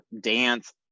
dance